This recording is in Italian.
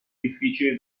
difficili